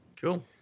Cool